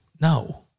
No